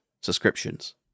subscriptions